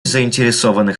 заинтересованных